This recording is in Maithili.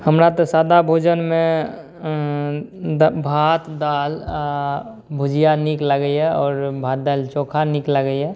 हमरा तऽ सादा भोजनमे भात दालि आओर भुजिआ नीक लागैए आओर भात दालि चोखा नीक लागैए